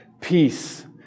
Peace